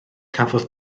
cafodd